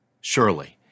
surely